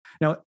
Now